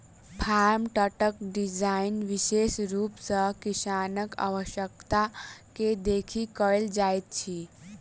farm ट्रकक design विशेष रूप सॅ किसानक आवश्यकता के देखि कयल जाइत अछि